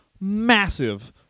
massive